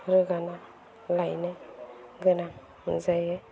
रोगाना लायनो गोनां जायो